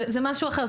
זה משהו אחר.